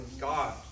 God